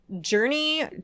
journey